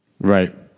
Right